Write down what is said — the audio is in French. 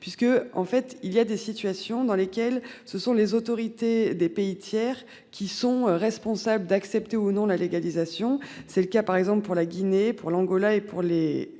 puisque en fait il y a des situations dans lesquelles ce sont les autorités des pays tiers qui sont responsables d'accepter ou non la légalisation. C'est le cas par exemple pour la Guinée pour l'Angola et pour les